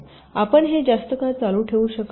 आपण हे जास्त काळ चालू ठेवू शकत नाही